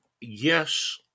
Yes